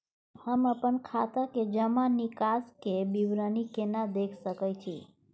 हम अपन खाता के जमा निकास के विवरणी केना देख सकै छी?